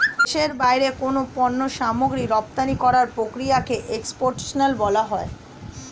দেশের বাইরে কোনো পণ্য সামগ্রী রপ্তানি করার প্রক্রিয়াকে এক্সপোর্টেশন বলা হয়